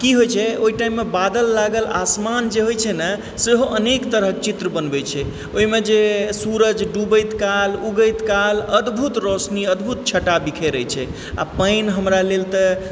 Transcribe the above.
की होइ छै ओहि टाइममे बादल लागल आसमान जे होइ छै न सेहो अनेक तरह चित्र बनबय छै ओहिमे जे सुरज डुबैत काल उगैत काल अदभुत रौशनी अदभुत छटा बिखेरय छै आ पानि हमरा लेल तऽ